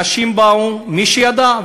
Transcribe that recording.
אנשים באו, מי שידע.